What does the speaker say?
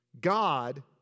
God